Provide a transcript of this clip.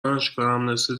دانشگاهم، نصف